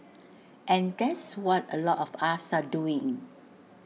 and that's what A lot of us are doing